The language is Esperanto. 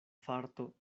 farto